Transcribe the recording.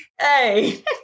Hey